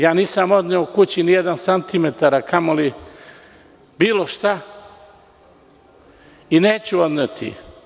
Ja nisam odneo kući ni jedan santimetar, a kamoli bilo šta i neću odneti.